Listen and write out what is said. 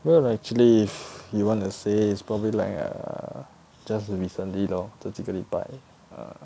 well actually if you want to say is probably like err just recently lor 这几个礼拜 err